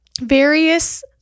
Various